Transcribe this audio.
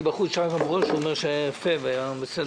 בחוץ שרגא ברוש והוא אמר שהיה יפה ומוצלח.